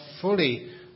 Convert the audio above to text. fully